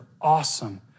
awesome